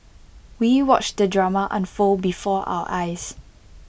we watched the drama unfold before our eyes